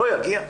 לא יגיע.